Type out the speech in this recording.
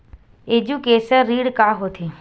Education ऋण का होथे?